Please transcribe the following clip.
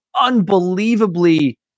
unbelievably